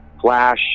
Flash